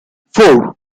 four